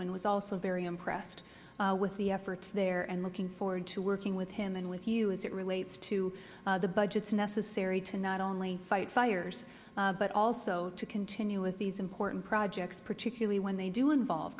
and was also very impressed with the efforts there and looking forward to working with him and with you as relates to the budgets necessary to not only fight fires but also to continue with these important projects particularly when they do involve